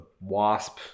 wasp